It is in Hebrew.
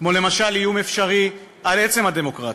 כמו למשל איום אפשרי על עצם הדמוקרטיה,